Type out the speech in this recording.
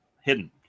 hidden